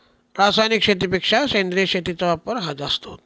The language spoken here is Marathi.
रासायनिक शेतीपेक्षा सेंद्रिय शेतीचा वापर हा जास्त होतो